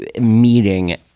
meeting